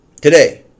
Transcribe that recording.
Today